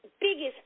biggest